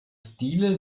stile